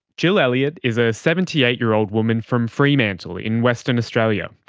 jill elliott is a seventy eight year old woman from fremantle in western australia.